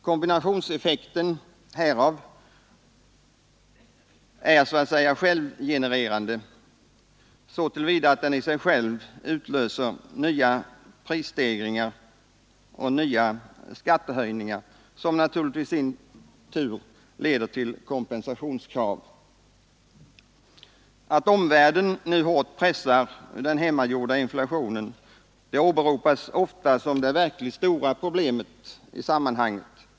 Kombinationseffekten härav är så att säga självgenererande, så till vida att den i sig själv utlöser nya prisstegringar och nya skattehöjningar, som naturligtvis i sin tur leder till starka kompensationskrav främst på lönemarknaden. Att omvärlden nu hårt pressar den hemmagjorda inflationen åberopas ofta som det verkligt stora problemet i sammanhanget.